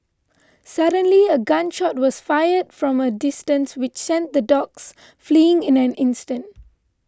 suddenly a gun shot was fired from a distance which sent the dogs fleeing in an instant